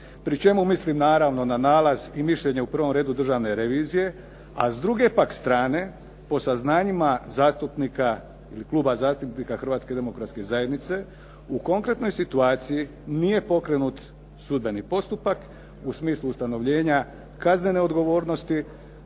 pri čemu mislim naravno na nalaz i mišljenje u prvom redu Državne revizije, a s druge pak strane po saznanjima zastupnika ili Kluba zastupnika Hrvatske demokratske zajednice u konkretnoj situaciji nije pokrenut sudbeni postupak u smislu ustanovljenja kaznene odgovornosti